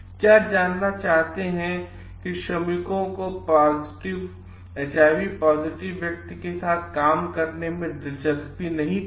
क्या जानना चाहते हैं कि श्रमिकों को एचआईवी पॉजिटिव वाले व्यक्ति के साथ काम करने में दिलचस्पी नहीं थी